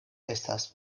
estas